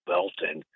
Belton